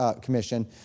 Commission